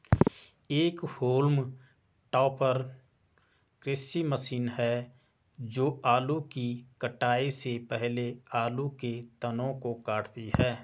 एक haulm topper कृषि machine है जो आलू की कटाई से पहले आलू के तनों को काटती है